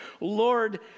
Lord